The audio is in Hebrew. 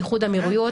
איחוד האמירויות,